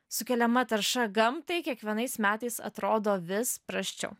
sukeliama tarša gamtai kiekvienais metais atrodo vis prasčiau